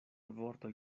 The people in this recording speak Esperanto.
vortoj